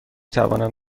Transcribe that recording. توانم